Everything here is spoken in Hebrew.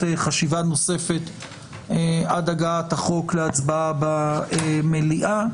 חשיבה נוספת עד הגעת החוק להצבעה במליאה.